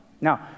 Now